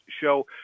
show